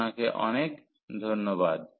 আপনাকে অনেক ধন্যবাদ